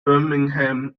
birmingham